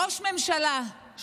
ראש ממשלה,